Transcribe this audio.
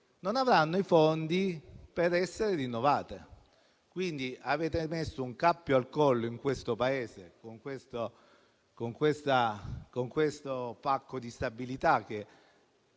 non avranno i fondi per essere rinnovate. Quindi avete messo un cappio al collo al Paese con questo "pacco di stabilità" che